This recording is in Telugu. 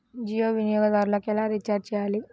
జియో వినియోగదారులు ఎలా రీఛార్జ్ చేయాలి?